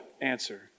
answer